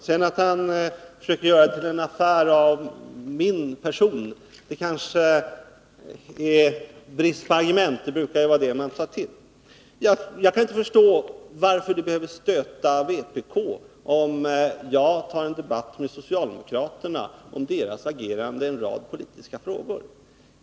Att han sedan försökte göra det till en affär om min person beror väl på bristen på argument. Jag kan inte förstå varför det behöver stöta vpk om jag för en debatt med socialdemokraterna om deras agerande i en rad politiska frågor.